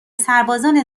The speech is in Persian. سربازان